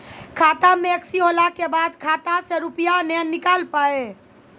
खाता मे एकशी होला के बाद खाता से रुपिया ने निकल पाए?